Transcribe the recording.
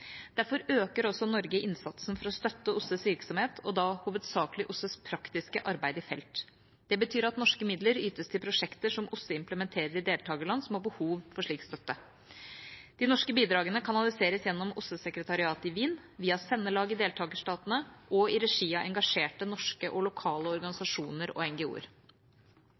Derfor øker også Norge innsatsen for å støtte OSSEs virksomhet, da hovedsakelig OSSEs praktiske arbeid i felt. Det betyr at norske midler ytes til prosjekter som OSSE implementerer i deltakerland som har behov for slik støtte. De norske bidragene kanaliseres gjennom OSSE-sekretariatet i Wien, via sendelag i deltakerstatene og i regi av engasjerte norske og lokale organisasjoner og